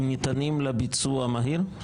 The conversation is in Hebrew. הם ניתנים לביצוע מהיר?